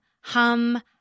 hum